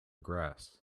grass